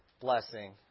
blessing